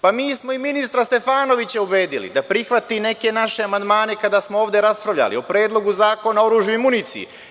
Pa, mi smo i ministra Stefanovića ubedili da prihvati neke naše amandmane kada smo ovde raspravljali o Predlogu zakona o oružju i municiji.